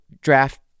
draft